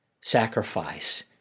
sacrifice